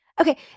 okay